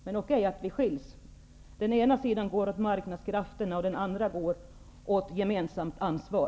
Men okej, vi skiljs: Den ena sidan går åt marknadskrafterna och den andra åt gemensamt ansvar.